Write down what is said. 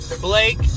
Blake